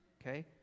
okay